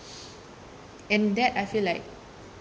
and that I feel like